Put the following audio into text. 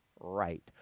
right